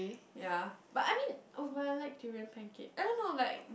yea but I mean oh but I like durian pancake I don't know like